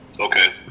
Okay